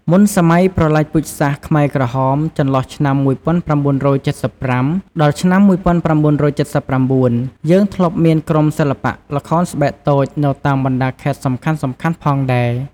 មុនសម័យប្រល័យពូជសាសន៍ខ្មែរក្រហម ចន្លោះឆ្នាំ១៩៧៥ ដល់ឆ្នាំ១៩៧៩ យើងធ្លាប់មានក្រុមសិល្បៈល្ខោនស្បែកតូចនៅតាមបណ្តាខេត្តសំខាន់ៗផងដែរ ។